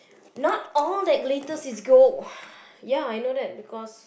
not all that glitters is gold ya I know that because